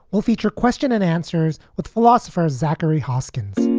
we'll feature question and answers with philosopher zachary hoskins